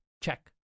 Check